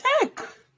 tech